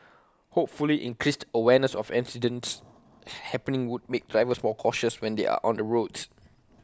hopefully increased awareness of accidents happening would make drivers more cautious when they are on the roads